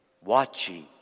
watching